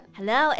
Hello